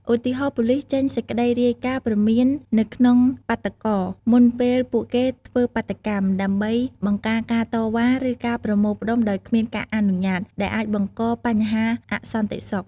ឧទាហរណ៍ ប៉ូលីសចេញសេចក្តីរាយការណ៍ព្រមានទៅក្រុមបាតុករ មុនពេលពួកគេធ្វើបាតុកម្ម ដើម្បីបង្ការការតវ៉ា ឬការប្រមូលផ្តុំដោយគ្មានការអនុញ្ញាត ដែលអាចបង្ករបញ្ហាអសន្តិសុខ។